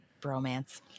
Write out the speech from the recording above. Bromance